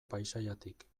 paisaiatik